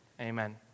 amen